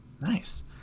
Nice